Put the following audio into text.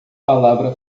palavra